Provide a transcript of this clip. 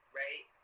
right